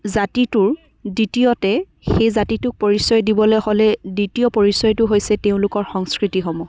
জাতিটোৰ দ্বিতীয়তে সেই জাতিটোক পৰিচয় দিবলৈ হ'লে দ্বিতীয় পৰিচয়টো হৈছে তেওঁলোকৰ সংস্কৃতিসমূহ